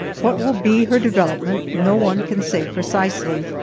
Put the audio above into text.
what will be her development no one can say precisely,